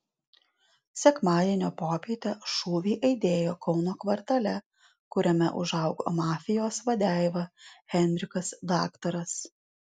sekmadienio popietę šūviai aidėjo kauno kvartale kuriame užaugo mafijos vadeiva henrikas daktaras